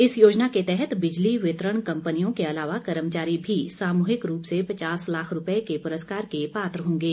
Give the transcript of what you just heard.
इस योजना के तहत बिजली वितरण कंपनियों के अलावा कर्मचारी भी सामूहिक रूप से पचास लाख रुपये के पुरस्कार के पात्र होंगे